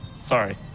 sorry